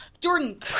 Jordan